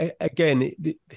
Again